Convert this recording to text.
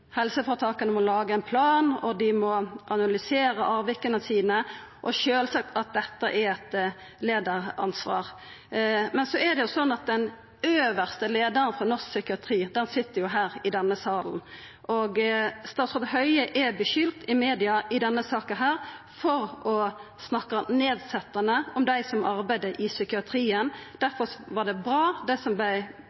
plan, dei må analysera avvika sine, og sjølvsagt at dette er eit leiaransvar. Men det er jo sånn at den øvste leiaren for norsk psykiatri sit her i denne salen. Statsråd Høie er i denne saka skulda i media for å snakka nedsettande om dei som arbeider i psykiatrien.